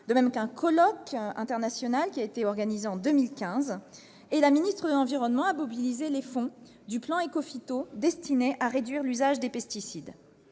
de même qu'un colloque international a été organisé en 2015. La ministre de l'environnement a mobilisé des fonds du plan Écophyto destiné à réduire l'usage des pesticides.